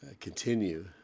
continue